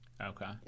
Okay